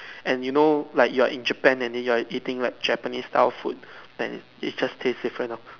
and you know like you're in Japan and then you're eating like Japanese style food then it just taste different lor